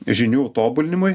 žinių tobulinimui